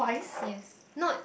yes not